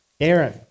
Aaron